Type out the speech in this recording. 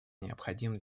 необходим